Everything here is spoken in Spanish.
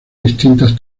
distintas